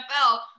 NFL